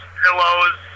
pillows